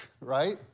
right